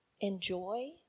enjoy